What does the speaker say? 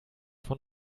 von